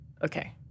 Okay